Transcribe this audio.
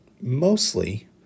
mostly